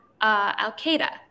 Al-Qaeda